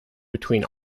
between